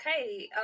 okay